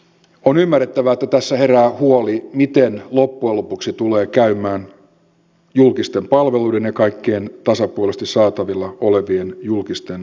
on ymmärrettävää että herää huoli miten loppujen lopuksi tulee käymään julkisten palveluiden ja kaikkien tasapuolisesti saatavilla olevien julkisten palveluiden